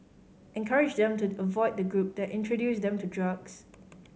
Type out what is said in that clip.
encourage them to avoid the group that introduced them to drugs